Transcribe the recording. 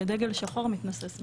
שדגל שחור מתנוסס מעליהם.